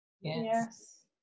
Yes